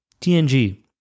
TNG